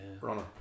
runner